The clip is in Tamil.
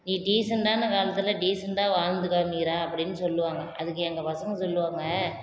நீ டீசண்டான காலத்தில் டீசண்டாக வாழ்ந்து காமிக்கிறா அப்படின்னு சொல்லுவாங்க அதற்கு எங்கள் பசங்க சொல்லுவாங்க